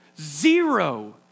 Zero